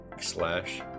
slash